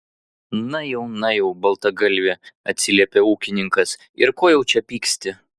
na jau na jau baltagalvi atsiliepė ūkininkas ir ko jau čia pyksti